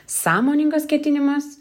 sąmoningas ketinimas